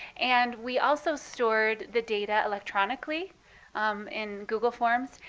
and we also stored the data electronically in google forms.